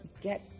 get